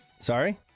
Sorry